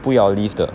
不要 leaf 的